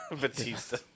Batista